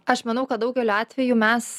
aš manau kad daugeliu atveju mes